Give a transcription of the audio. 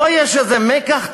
פה יש איזה מיקח טעות,